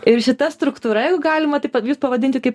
ir šita struktūra jeigu galima taip jus pavadinti kaip